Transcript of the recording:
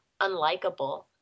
unlikable